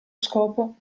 scopo